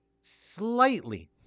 slightly